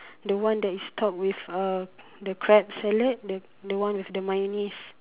the one that is top with uh the crab salad the the one with the mayonnaise